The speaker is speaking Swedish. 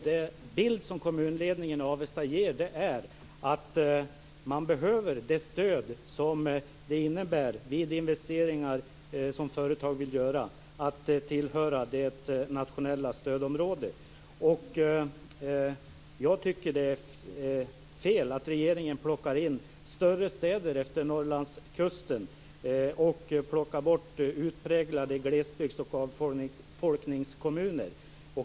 Den bild som kommunledningen i Avesta ger är att man, vid investeringar som företag vill göra, behöver det stöd som det innebär att tillhöra det nationella stödområdet. Jag tycker att det är fel att regeringen plockar in större städer efter Norrlandskusten och plockar bort utpräglade glesbygds och avfolkningskommuner.